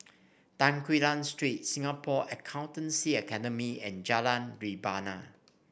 Tan Quee Lan Street Singapore Accountancy Academy and Jalan Rebana